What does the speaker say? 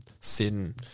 sin